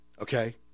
okay